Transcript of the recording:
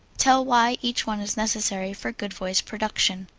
tell why each one is necessary for good voice production.